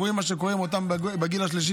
אנחנו רואים מה קורה עם בני הגיל השלישי,